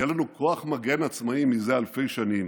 יהיה לנו כוח מגן עצמאי זה אלפי שנים.